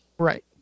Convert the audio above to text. Right